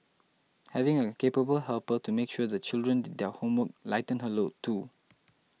having a capable helper to make sure the children did their homework lightened her load too